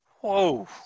Whoa